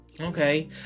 Okay